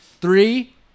three